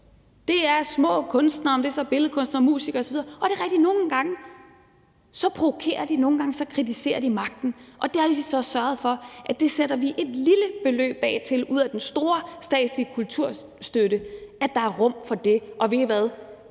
det er små kunstnere som billedkunstnere, musikere osv. Det er rigtigt, at de nogle gange provokerer, og nogle gange kritiserer de magten, og det har vi så sørget for at der er rum for ved at sætte et lille beløb af ud af den store statslige kulturstøtte. Og ved I hvad!